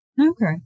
Okay